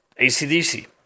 ACDC